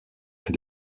est